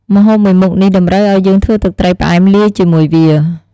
ម្ហូបមួយមុខនេះតម្រូវឲ្យយើងធ្វើទឹកត្រីផ្អែមលាយជាមួយវា។